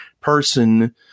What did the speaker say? person